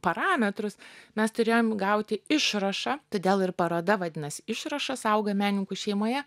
parametrus mes turėjom gauti išrašą todėl ir paroda vadinasi išrašas auga menininkų šeimoje